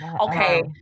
Okay